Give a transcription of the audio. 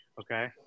okay